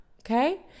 okay